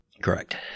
Correct